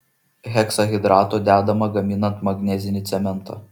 heksahidrato dedama gaminant magnezinį cementą